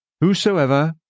Whosoever